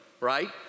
right